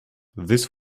this